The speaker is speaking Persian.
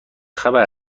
خبر